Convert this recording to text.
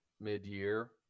mid-year